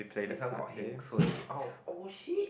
this one got heng suay oh shit